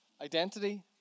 Identity